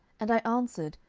and i answered,